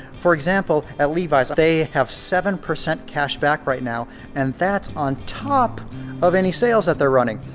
for example at levi's they have seven percent cash back right now and that's on top of any sales that they're running.